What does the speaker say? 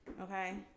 okay